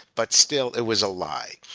but still it was a lie.